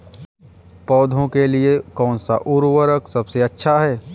पौधों के लिए कौन सा उर्वरक सबसे अच्छा है?